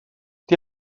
die